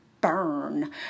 burn